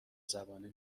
زبانه